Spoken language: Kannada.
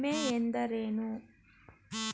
ವಿಮೆ ಎಂದರೇನು?